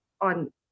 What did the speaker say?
on